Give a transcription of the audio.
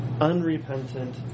unrepentant